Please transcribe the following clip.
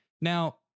Now